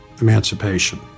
emancipation